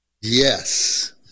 Yes